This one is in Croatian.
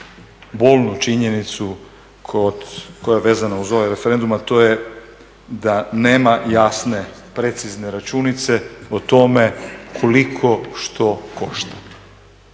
bolnu činjenicu koja je vezana uz ovaj referenduma, a to je da nema jasne, precizne o tome koliko što košta.